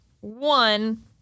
One